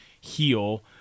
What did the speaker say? heal